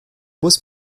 bus